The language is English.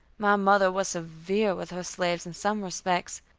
my mother was severe with her slaves in some respects,